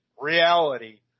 reality –